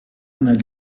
nel